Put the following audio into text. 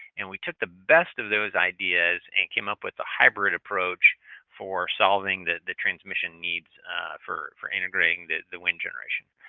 and we took the best of those ideas and came up with the hybrid approach for solving the transmission needs for for integrating the the wind generation.